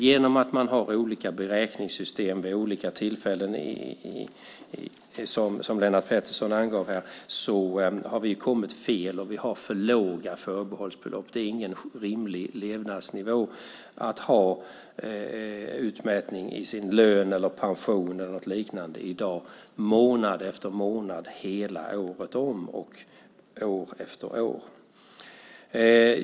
Genom att ha olika beräkningssystem vid olika tillfällen, som Lennart Pettersson angav, har vi kommit fel, och vi har för låga förbehållsbelopp. Det är ingen rimlig levnadsnivå att ha utmätning i sin lön, pension eller liknande månad efter månad hela året om och år efter år.